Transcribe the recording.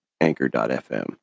Anchor.fm